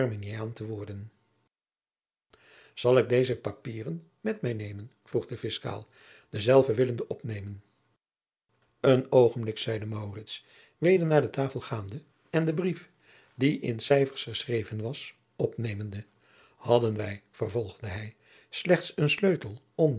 arminiaan te worden zal ik deze papieren met mij nemen vroeg de fiscaal dezelve willende opnemen een oogenblik zeide maurits weder naar de tafel gaande en den brief die in cijfers geschreven was opnemende hadden wij vervolgde hij slechts een sleutel om